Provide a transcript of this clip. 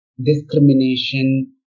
discrimination